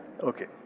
Okay